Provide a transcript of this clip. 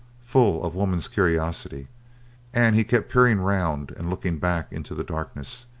full of woman's curiosity and he kept peering round and looking back into the darkness.